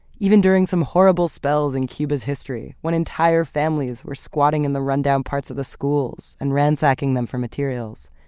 even during some horrible spells in cuba's history when entire families were squatting in the rundown parts of the schools and ransacking them for materials.